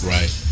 Right